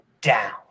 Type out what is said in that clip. down